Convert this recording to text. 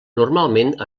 normalment